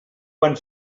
van